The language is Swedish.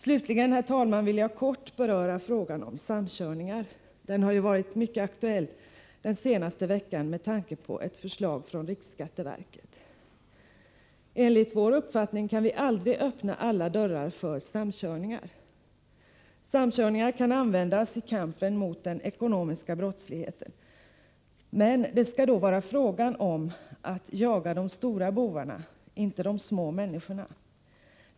Slutligen, herr talman, vill jag kort beröra frågan om samkörningar. Den har ju varit mycket aktuell den senaste veckan, med tanke på ett förslag från riksskatteverket. Enligt vår uppfattning kan vi aldrig öppna alla dörrar för samkörningar. Samkörningar kan användas i kampen mot den ekonomiska brottsligheten. Men det skall då vara fråga om att jaga de stora bovarna — inte de små människorna.